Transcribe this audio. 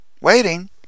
Waiting